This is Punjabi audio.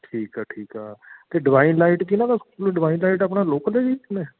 ਠੀਕ ਆ ਠੀਕ ਆ ਅਤੇ ਡਿਵਾਇਨ ਲਾਈਟ ਕਿਹਨਾਂ ਦਾ ਸਕੂਲ ਆ ਡਿਵਾਈਨ ਲਾਈਟ ਆਪਣਾ ਲੋਕਲ ਹੈ ਜੀ ਸਕੂਲ ਇਹ